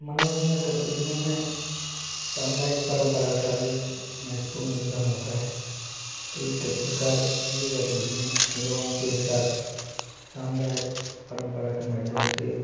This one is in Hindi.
मनोरंजक गतिविधियों में सामुदायिक परम्परा का भी एक महत्वपूर्ण योगदान होता है कि किस प्रकार ये गतिविधियाँ लोगों को एक साथ सामुदाय परम्परा के माध्यम से